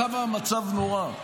כמה המצב נורא.